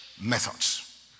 methods